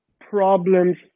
problems